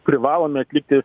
privalomi atlikti